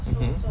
mmhmm